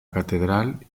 catedral